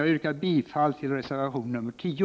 Jag yrkar bifall till reservation 10.